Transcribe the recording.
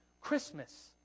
Christmas